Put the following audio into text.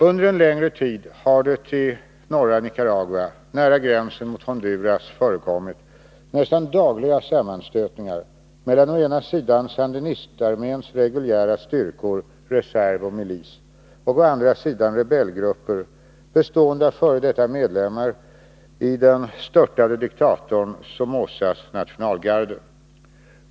Under en längre tid har det i norra Nicaragua, nära gränsen mot Honduras, förekommit nästan dagliga sammanstötningar mellan å ena sidan sandinistarméns reguljära styrkor, reserv och milis och å andra sidan rebellgrupper bestående av f. d. medlemmar i den störtade diktatorn Somozas nationalgarde.